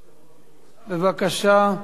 בבקשה.